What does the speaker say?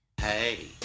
Hey